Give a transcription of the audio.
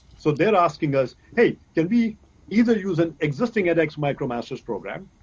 so they're asking us, hey can we either use an existing edx micromasters program,